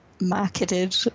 marketed